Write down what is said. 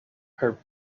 her